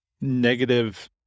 negative